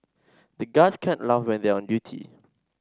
the guards can't laugh when they are on duty